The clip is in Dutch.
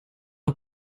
een